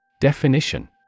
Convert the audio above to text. Definition